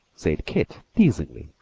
said keith, teasingly,